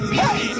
hey